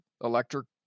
electric